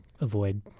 avoid